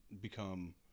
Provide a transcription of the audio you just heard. become